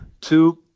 Two